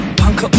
punk